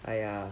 !aiya!